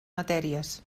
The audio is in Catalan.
matèries